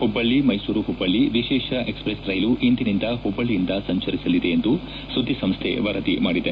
ಹುಬ್ಬಳ್ಳಿ ಮೈಸೂರು ಹುಬ್ಬಳ್ಳಿ ವಿಶೇಷ ಎಕ್ಸ್ಪ್ರೆಸ್ ರೈಲು ಇಂದಿನಿಂದ ಹುಬ್ಬಳ್ಳಿಯಿಂದ ಸಂಚರಿಸಲಿದೆ ಎಂದು ಸುದ್ದಿಸಂಸ್ಥೆ ವರದಿ ಮಾಡಿದೆ